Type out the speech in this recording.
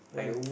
why you